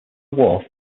wharf